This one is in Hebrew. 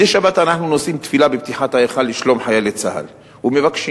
מדי שבת אנחנו נושאים תפילה בפתיחת ההיכל לשלום חיילי צה"ל ומבקשים: